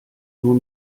nur